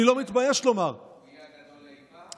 אני לא מתבייש לומר, הוא יהיה הגדול אי פעם?